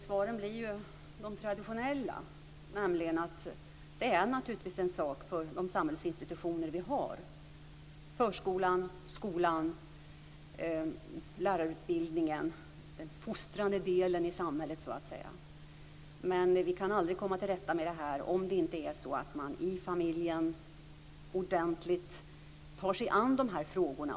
Svaren blir de traditionella, nämligen att det naturligtvis är en sak för de samhällsinstitutioner vi har, för förskolan, skolan och lärarutbildningen, dvs. den fostrande delen i samhället. Men vi kan aldrig komma till rätta med det här om man inte i familjen ordentligt tar sig an de här frågorna.